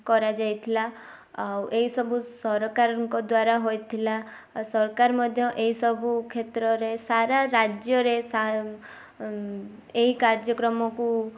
କରାଯାଇଥିଲା ଆଉ ଏଇ ସବୁ ସରକାରଙ୍କ ଦ୍ୱାରା ହୋଇଥିଲା ସରକାର ମଧ୍ୟ ଏଇ ସବୁ କ୍ଷେତ୍ରରେ ସାରା ରାଜ୍ୟରେ ଏଇ କାର୍ଯ୍ୟକ୍ରମକୁ